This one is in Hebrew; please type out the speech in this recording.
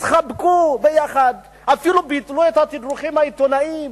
התחבקו ביחד, אפילו ביטלו את התדרוכים העיתונאיים.